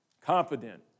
confident